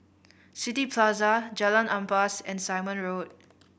City Plaza Jalan Ampas and Simon Road